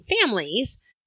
families